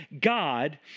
God